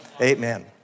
Amen